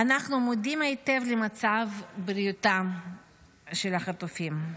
אנחנו מודעים היטב למצב הבריאותי של החטופים.